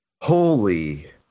Holy